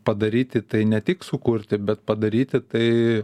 padaryti tai ne tik sukurti bet padaryti tai